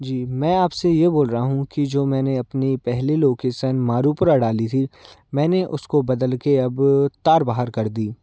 जी मैं आपसे ये बोल रहा हूँ कि जो मैंने अपनी पहली लोकेसन मारुपुरा डाली थी मैंने उसको बदलके अब तारबहार कर दी